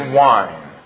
wine